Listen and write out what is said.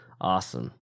awesome